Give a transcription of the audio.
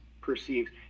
perceives